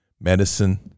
medicine